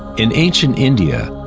in ancient india,